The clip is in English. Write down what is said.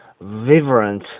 vibrant